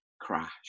crash